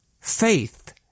Faith